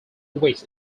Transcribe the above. weeks